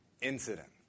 incident